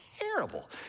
terrible